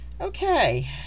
Okay